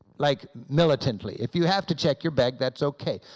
like, militantly. if you have to check your bag that's okay.